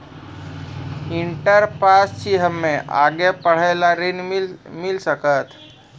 Inter pass छी हम्मे आगे पढ़े ला ऋण मिल सकत?